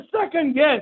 second-guess